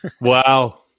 Wow